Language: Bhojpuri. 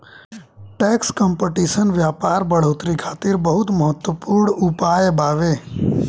टैक्स कंपटीशन व्यापार बढ़ोतरी खातिर बहुत महत्वपूर्ण उपाय बावे